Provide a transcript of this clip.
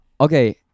okay